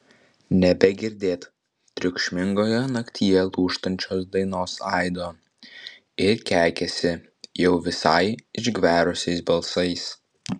nebegirdėt triukšmingoje naktyje lūžtančios dainos aido ir keikiasi jau visai išgverusiais balsais